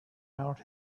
out